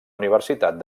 universitat